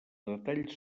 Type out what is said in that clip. detalls